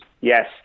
Yes